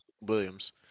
Williams